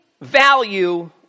value